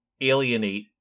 alienate